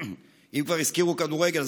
אם כבר הזכירו כדורגל,